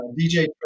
DJ